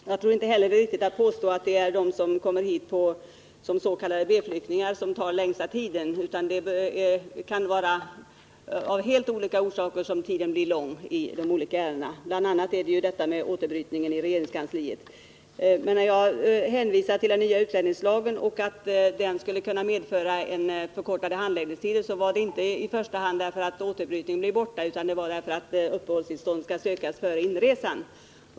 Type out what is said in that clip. Vidare tror jag inte det är riktigt att påstå att det är de som kommer hit som s.k. B-flyktingar som tar längsta tiden i anspråk, utan det kan vara av helt olika orsaker som de skilda ärendena tar lång tid — bl.a. är det ju detta med återbrytningen i regeringskansliet. Men när jag hänvisade till den nya utlänningslagen och till att den skulle kunna medföra förkortade handläggningstider, så var det inte i första hand därför att återbrytningen är borta, utan det var därför att uppehållstillstånd skall sökas före inresan.